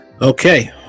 Okay